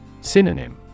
Synonym